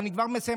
אני כבר מסיים.